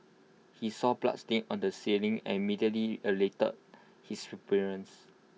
he saw bloodstains on the ceiling and immediately alerted his superiors